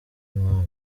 nk’ayo